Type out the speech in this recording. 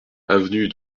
avenue